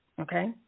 okay